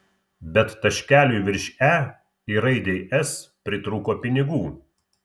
bet taškeliui virš e ir raidei s pritrūko pinigų